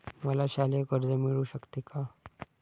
मला शालेय कर्ज मिळू शकते का?